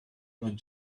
not